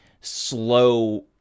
slow